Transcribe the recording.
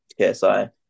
KSI